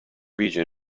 region